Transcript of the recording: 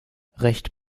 recht